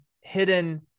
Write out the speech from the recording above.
hidden